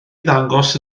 ddangos